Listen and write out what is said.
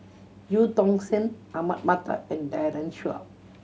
Eu Tong Sen Ahmad Mattar and Daren Shiau